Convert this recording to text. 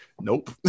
Nope